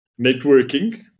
networking